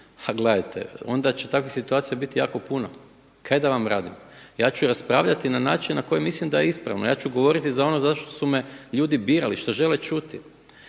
a gledajte onda će takvih situacija biti jako puno, šta da vam radim. Ja ću raspravljati na način na koji mislim da je ispravno, ja ću govoriti za ono za što su me ljudi birali, šta žele čuti,